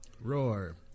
Roar